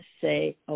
say